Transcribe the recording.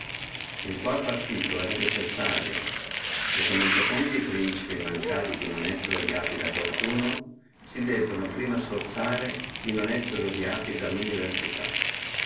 populo il quale partito era necessario perché non potendo e principi mancare di non essere odiati da qualcuno si debbano prima forzare di non essere odiati